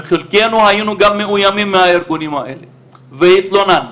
וחלקנו היינו גם מאוימים מהארגונים האלה והתלוננו.